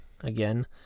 again